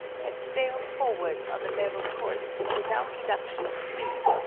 had sailed forward on a level course without reduction of speed,